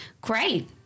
Great